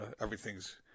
Everything's